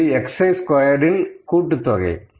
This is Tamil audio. இது xi ஸ்கொயர்டூ இன் கூட்டுத்தொகை